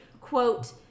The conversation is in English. quote